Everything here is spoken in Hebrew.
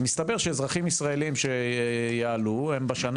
מסתבר שאזרחים ישראליים שיעלו הם בשנה